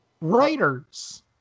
Writers